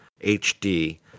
HD